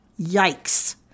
Yikes